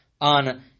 on